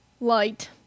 Light